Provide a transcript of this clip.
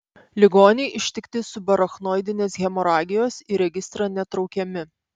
ligoniai ištikti subarachnoidinės hemoragijos į registrą netraukiami